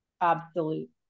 absolute